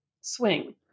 swing